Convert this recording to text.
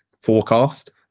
forecast